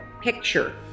picture